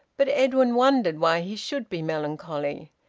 but edwin wondered why he should be melancholy.